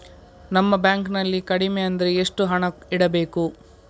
ನಮ್ಮ ಬ್ಯಾಂಕ್ ನಲ್ಲಿ ಕಡಿಮೆ ಅಂದ್ರೆ ಎಷ್ಟು ಹಣ ಇಡಬೇಕು?